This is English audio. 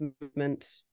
movement